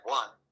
one